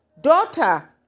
Daughter